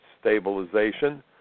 Stabilization